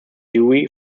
dewey